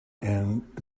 and